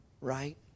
Right